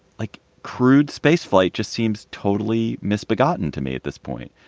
like crude spaceflight just seems totally misbegotten to me at this point.